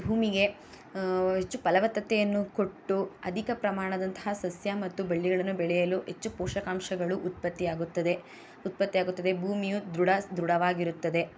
ಭೂಮಿಗೆ ಹೆಚ್ಚು ಫಲವತ್ತತೆಯನ್ನು ಕೊಟ್ಟು ಅಧಿಕ ಪ್ರಮಾಣದಂತಹ ಸಸ್ಯ ಮತ್ತು ಬೆಳ್ಳಿಗಳನ್ನು ಬೆಳೆಯಲು ಹೆಚ್ಚು ಪೋಷಕಾಂಶಗಳು ಉತ್ಪತ್ತಿಯಾಗುತ್ತದೆ ಉತ್ಪತ್ತಿಯಾಗುತ್ತದೆ ಭೂಮಿಯು ದೃಢ ದೃಢವಾಗಿರುತ್ತದೆ